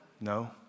No